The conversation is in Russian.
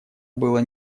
было